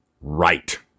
Right